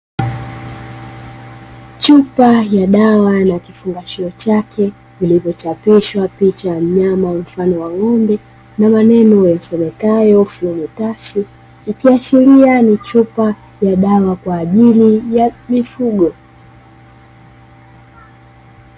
Chupa ya dawa na kifungashio chake vilivyochapishwa picha nyama mfano wa ng'ombe, na maneno yasomekayo "flumitas", ikiashiria ni chupa ya dawa kwa ajili ya mifugo.